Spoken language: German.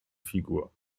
figur